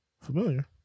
familiar